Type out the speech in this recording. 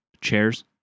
chairs